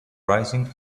rising